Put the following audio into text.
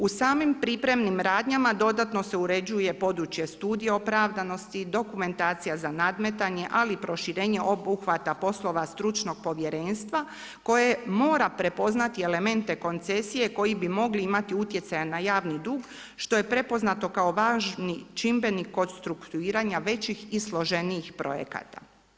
U samim pripravnim radnjama dodatno se uređuje područje studije opravdanosti, dokumentacija za nadmetanje, ali i proširenje obuhvata poslova stručnog povjerenstva koje mora prepoznati elemente koncesije koji bi mogli imati utjecaja na javni dug, što je prepoznato kao važni čimbenik kod strukturiranja većih i složenijih projekata.